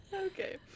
Okay